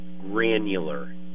granular